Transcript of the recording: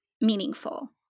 meaningful